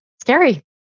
scary